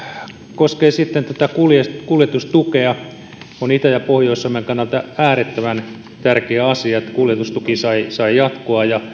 koskee sitten kuljetustukea kuljetustukea on itä ja pohjois suomen kannalta äärettömän tärkeä asia että kuljetustuki sai sai jatkoa ja